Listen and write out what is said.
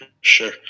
sure